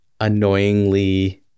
annoyingly